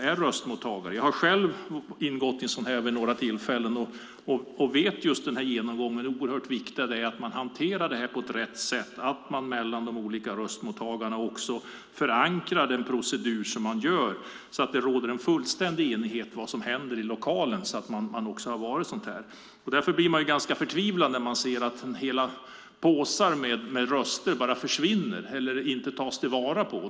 Jag har själv varit med om detta och vet hur viktig genomgången är och att man hanterar det på rätt sätt och förankrar proceduren hos röstmottagarna så att det råder en fullständig enighet om vad som händer i lokalen. Man blir ju förtvivlad när man ser att påsar med röster försvinner eller inte tas till vara.